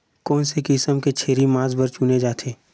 कोन से किसम के छेरी मांस बार चुने जाथे?